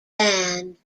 band